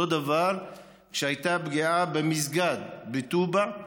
אותו דבר כשהייתה פגיעה במסגד בטובא,